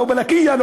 לא בלקיה,